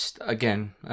again